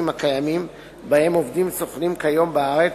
הקיימים שבהם עובדים סוכנים כיום בארץ,